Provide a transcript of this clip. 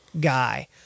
guy